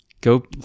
Go